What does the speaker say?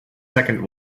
second